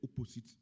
opposite